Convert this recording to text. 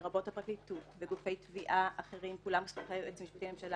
לרבות הפרקליטות וגופי תביעה אחרים כולם סמוכי היועץ המשפטי לממשלה